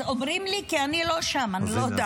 אומרים לי, כי אני לא שם, אני לא יודעת.